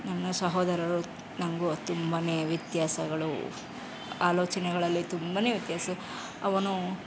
ನನ್ನ ಸಹೋದರರು ನನಗೂ ತುಂಬನೇ ವ್ಯತ್ಯಾಸಗಳು ಆಲೋಚನೆಗಳಲ್ಲಿ ತುಂಬನೇ ವ್ಯತ್ಯಾಸ ಅವನು